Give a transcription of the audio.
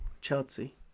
Chelsea